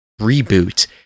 reboot